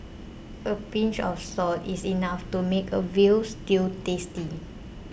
a pinch of salt is enough to make a Veal Stew tasty